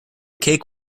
cake